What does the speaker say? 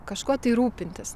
kažkuo tai rūpintis